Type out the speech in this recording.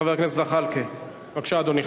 חבר הכנסת זחאלקה, בבקשה, אדוני.